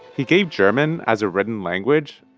he gave german as a written language,